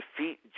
defeat